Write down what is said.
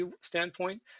standpoint